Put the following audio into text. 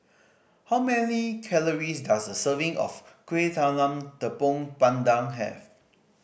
how many calories does a serving of Kueh Talam Tepong Pandan have